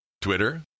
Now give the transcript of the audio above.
twitter